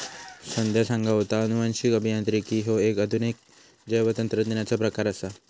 संध्या सांगा होता, अनुवांशिक अभियांत्रिकी ह्यो एक आधुनिक जैवतंत्रज्ञानाचो प्रकार आसा